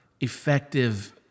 effective